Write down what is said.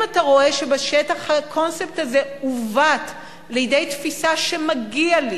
אם אתה רואה שבשטח הקונספט הזה עוות לידי תפיסה של "מגיע לי",